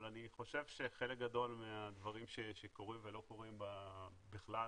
אבל אני חושב שחלק גדול מהדברים שקורים ולא קורים בכלל,